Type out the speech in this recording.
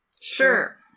Sure